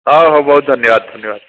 ହଉ ହଉ ବହୁତ ଧନ୍ୟବାଦ ଧନ୍ୟବାଦ